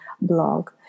blog